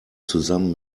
zusammen